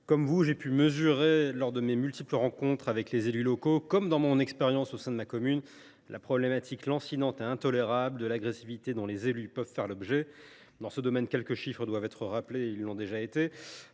Comme vous, j’ai pu mesurer, lors de mes multiples rencontres avec les élus locaux, comme dans mon expérience au sein de ma commune, la problématique lancinante et intolérable de l’agressivité dont les élus peuvent faire l’objet. Dans ce domaine, quelques chiffres doivent être rappelés – et ils l’ont déjà été.